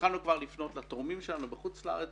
התחלנו כבר לפנות לתורמים שלנו בחוץ לארץ.